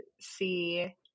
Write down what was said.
see